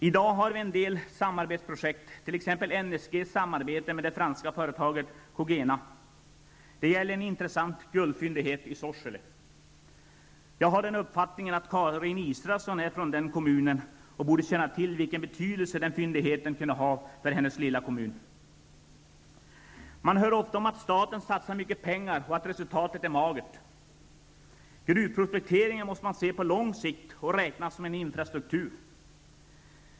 I dag har vi en del samarbetsprojekt, till exempel Cogena. Det gäller en intressant guldfyndighet i Sorsele. Jag har den uppfattningen att Karin Israelsson är från den kommunen och borde känna till vilken betydelse den fyndigheten kunde ha för hennes lilla kommun. Man hör ofta att staten satsar mycket pengar och att resultatet är magert. Gruvprospekteringen måste man se på lång sikt och räkna som en infrastruktur.